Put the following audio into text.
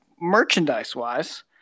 merchandise-wise